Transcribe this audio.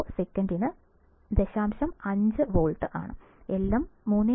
5 volt ആണ്